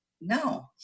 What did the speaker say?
No